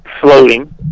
floating